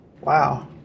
Wow